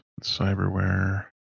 cyberware